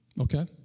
Okay